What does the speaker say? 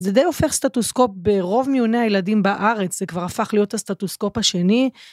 זה די הופך סטטוסקופ ברוב מיוני הילדים בארץ, זה כבר הפך להיות הסטטוסקופ השני.